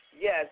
Yes